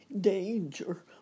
danger